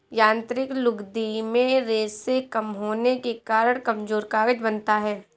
यांत्रिक लुगदी में रेशें कम होने के कारण कमजोर कागज बनता है